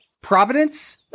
Providence